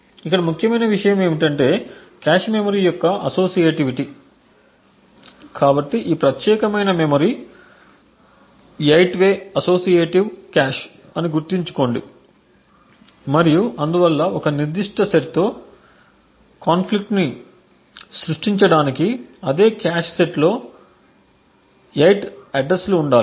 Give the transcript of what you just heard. ఇక్కడ ముఖ్యమైన విషయం ఏమిటంటే కాష్ మెమరీ యొక్క అసోసియేటివిటీ కాబట్టి ఈ ప్రత్యేకమైన మెమరీ 8 వే అసోసియేటివ్ కాష్అని గుర్తుంచుకోండి మరియు అందువల్ల ఒక నిర్దిష్ట సెట్తో విభేదాలను సృష్టించడానికి అదే కాష్ సెట్లో 8 అడ్రస్లు ఉండాలి